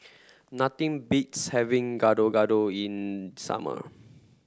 nothing beats having Gado Gado in summer